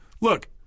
Look